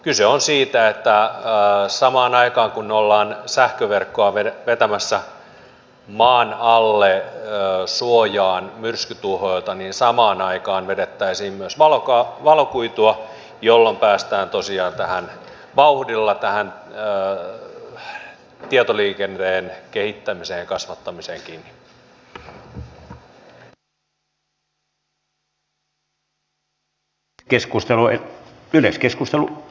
kyse on siitä että samaan aikaan kun ollaan sähköverkkoa vetämässä maan alle suojaan myrskytuhoilta vedettäisiin myös valokuitua jolloin päästään tosiaan vauhdilla tähän tietoliikenteen kehittämiseen ja kasvattamiseen kiinni